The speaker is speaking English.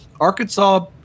Arkansas